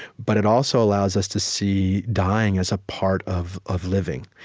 but it also allows us to see dying as a part of of living.